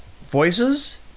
voices